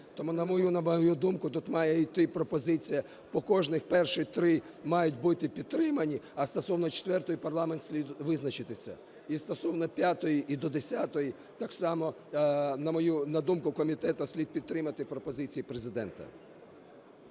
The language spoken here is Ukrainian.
тому, на мою думку, тут має іти пропозиція по кожній. Перші три мають бути підтримані, а стосовно четвертої парламенту слід визначитися, і стосовно п'ятої і до десятої так само, на думку комітету, слід підтримати пропозиції Президента.